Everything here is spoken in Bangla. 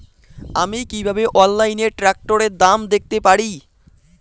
আমি কিভাবে অনলাইনে ট্রাক্টরের দাম দেখতে পারি?